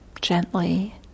gently